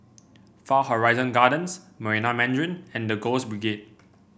Far Horizon Gardens Marina Mandarin and The Girls Brigade